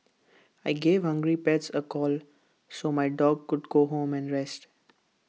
I gave hungry pets A call so my dog could go home and rest